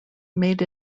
made